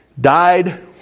died